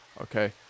Okay